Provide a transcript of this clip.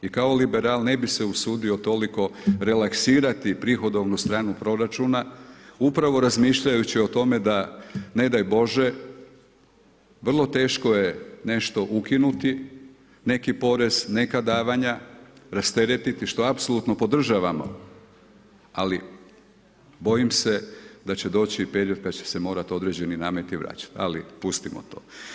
I kao liberal ne bih se usudio toliko relaksirati prihodovnu stranu proračuna upravo razmišljajući o tome da ne daj Bože vrlo teško je nešto ukinuti, neki porez, neka davanja, rasteretiti što apsolutno podržavamo ali bojim se da će doći i period kada će se morati određeni nameti vraćati ali pustimo to.